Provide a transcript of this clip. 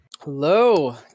Hello